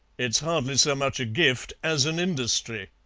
it's hardly so much a gift as an industry.